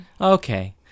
Okay